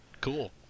cool